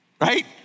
Right